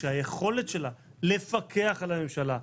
שהיכולת שלה לפקח על הממשלה,